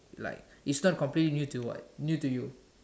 like it's not completely new two what new to you